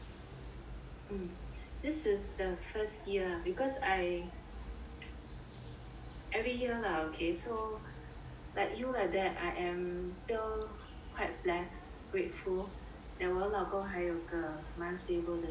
hmm this is the first year because I every year lah okay so like you like that I am still quite blessed grateful that 我老公还有个蛮 stable 的 job